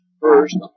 first